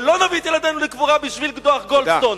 ולא נביא את ילדינו לקבורה בשביל דוח גולדסטון,